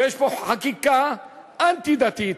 ויש פה חקיקה אנטי-דתית,